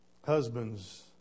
Husbands